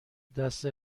دست